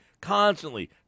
constantly